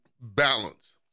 balance